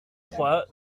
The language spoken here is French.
trois